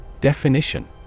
Definition